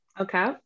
okay